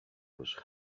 was